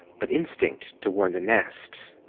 but instinct to warn the nest.